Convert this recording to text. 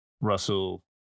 Russell